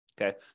Okay